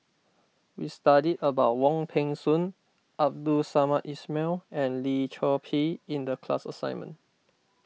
we studied about Wong Peng Soon Abdul Samad Ismail and Lim Chor Pee in the class assignment